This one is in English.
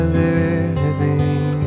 living